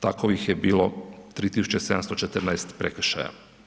Takvih je bilo 3.714 prekršaja.